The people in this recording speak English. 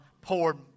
poured